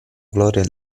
gloria